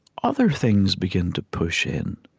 other things begin to push in.